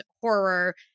horror